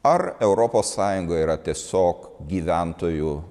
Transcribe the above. ar europos sąjungoj yra tiesiog gyventojų